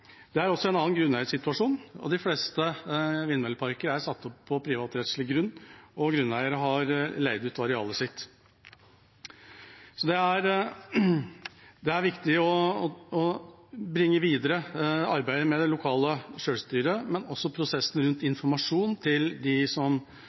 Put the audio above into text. det er også en annen grunneiersituasjon. De fleste vindmølleparker er satt opp på privat grunn, grunneieren har leid ut arealet sitt. Så det er viktig å bringe videre arbeidet med det lokale selvstyret, og også prosessen rundt